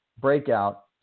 breakout